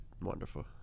wonderful